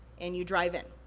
and you drive in.